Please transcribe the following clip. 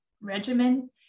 regimen